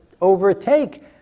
overtake